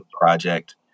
Project